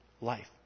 life